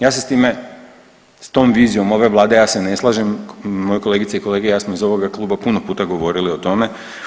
Ja se s time, s tom vizijom ove vlade ja se ne slažem, moje kolegice i kolege i ja smo iz ovoga kluba puno puta govorili o tome.